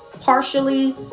Partially